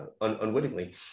unwittingly